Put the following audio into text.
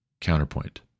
counterpoint